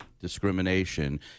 discrimination